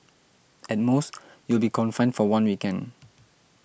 at most you'll be confined for one weekend